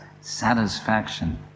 satisfaction